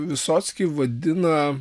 visockį vadina